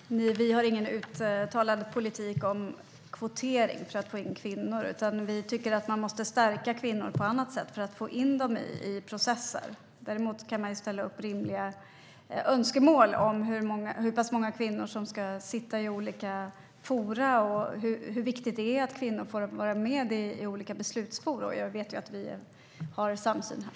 Herr talman! Vi har ingen uttalad politik om kvotering för att få in kvinnor. Vi tycker att man måste stärka kvinnor på annat sätt för att få in dem i processer. Däremot kan man ställa upp rimliga önskemål om hur pass många kvinnor som ska sitta i olika forum, och det är viktigt att kvinnor får vara med i olika beslutsforum. Jag vet att vi har samsyn här.